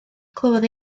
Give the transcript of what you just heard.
clywodd